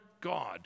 God